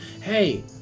Hey